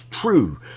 true